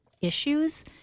issues